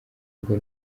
ngo